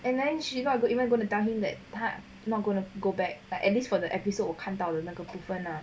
and then she not she not even going to tell him that part not gonna go back but at least for the episode 我看到的那个部分 lah